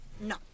No